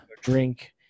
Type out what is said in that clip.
drink